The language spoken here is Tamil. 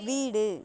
வீடு